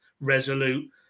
resolute